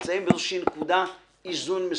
נמצאים בנקודת איזון מסוימת,